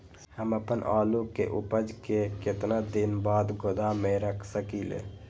हम अपन आलू के ऊपज के केतना दिन बाद गोदाम में रख सकींले?